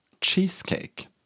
cheesecake